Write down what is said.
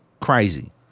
crazy